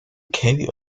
carry